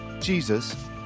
Jesus